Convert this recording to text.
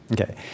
Okay